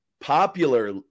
popular